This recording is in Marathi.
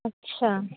अच्छा